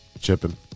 Chipping